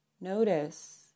Notice